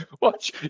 Watch